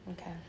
Okay